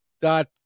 dot